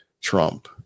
Trump